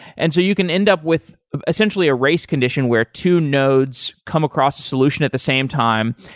and so you can end up with essentially a race condition where two nodes come across the solution at the same time,